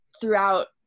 throughout